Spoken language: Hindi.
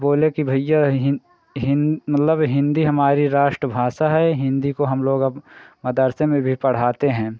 बोले कि भैया हिन हिन मतलब हिन्दी हमारी राष्ट्र भाषा है हिन्दी को हम लोग अब मदर्से में भी पढ़ाते हैं